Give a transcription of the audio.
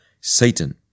Satan